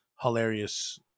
hilarious